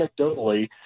anecdotally